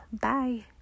Bye